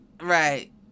right